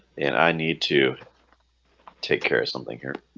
and i need to take care of something here